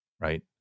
right